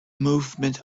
movement